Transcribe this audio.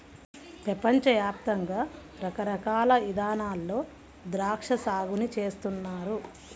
పెపంచ యాప్తంగా రకరకాల ఇదానాల్లో ద్రాక్షా సాగుని చేస్తున్నారు